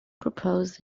proposed